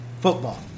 football